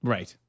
Right